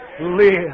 Live